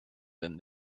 than